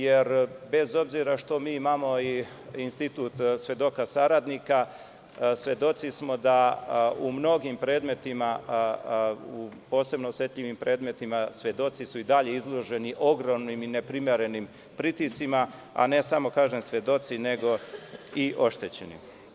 Jer, bez obzira što mi imamo institut svedoka saradnika, svedoci smo da u mnogim predmetima u posebno osetljivim predmetima, svedoci su i dalje izloženi ogromnim i neprimerenim pritiscima, a ne samo svedoci, nego i oštećeni.